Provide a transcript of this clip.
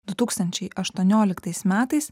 du tūkstančiai aštuonioliktais metais